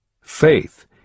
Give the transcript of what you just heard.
Faith